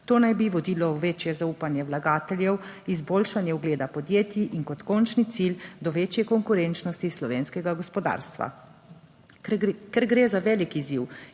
To naj bi vodilo v večje zaupanje vlagateljev, izboljšanje ugleda podjetij in kot končni cilj do večje konkurenčnosti slovenskega gospodarstva. Ker gre za velik izziv,